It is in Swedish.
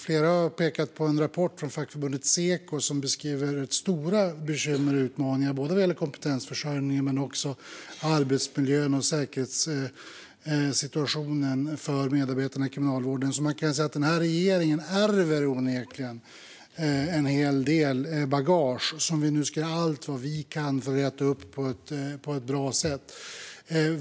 Flera har pekat på en rapport från fackförbundet Seko, som beskriver stora bekymmer och utmaningar vad gäller kompetensförsörjning men också arbetsmiljön och säkerhetssituationen för medarbetarna i kriminalvården. Man kan säga att den här regeringen onekligen ärver en hel del bagage som vi nu ska göra allt vi kan för att bringa reda i.